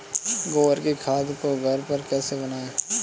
गोबर की खाद को घर पर कैसे बनाएँ?